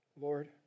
Lord